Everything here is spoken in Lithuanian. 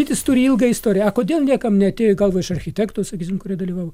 vytis turi ilgą istoriją a kodėl niekam neatėjo į galvą iš architektų sakysim kurie dalyvo